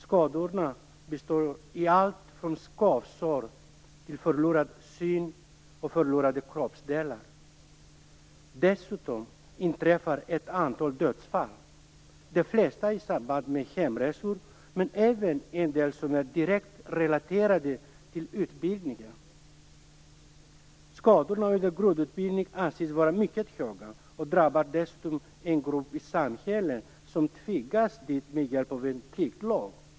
Skadorna består av allt från skavsår till förlorad syn och förlorade kroppsdelar. Dessutom inträffar ett antal dödsfall, de flesta i samband med hemresor, men även en del som är direkt relaterade till utbildningen. Antalet skador under grundutbildningen anses vara mycket högt. Detta drabbar dessutom en grupp i samhället som tvingats dit med hjälp av en pliktlag.